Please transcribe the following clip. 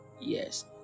Yes